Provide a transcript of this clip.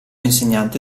insegnante